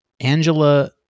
Angela